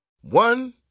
One